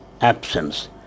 absence